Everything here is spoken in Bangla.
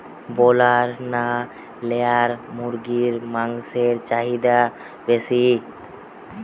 ব্রলার না লেয়ার মুরগির মাংসর চাহিদা বেশি?